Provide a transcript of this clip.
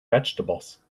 vegetables